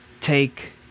take